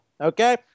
okay